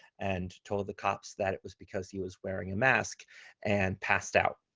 and told the cops that it was because he was wearing a mask and passed out.